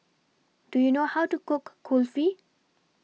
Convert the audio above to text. Do YOU know How to Cook Kulfi